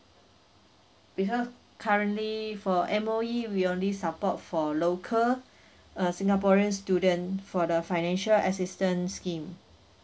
becau~ currently for M_O_E we only support for local uh singaporean student for the financial assistance scheme